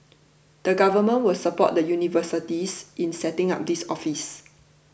the Government will support the universities in setting up this office